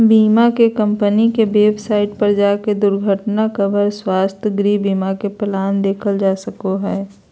बीमा कम्पनी के वेबसाइट पर जाके दुर्घटना कवर, स्वास्थ्य, गृह बीमा के प्लान देखल जा सको हय